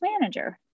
manager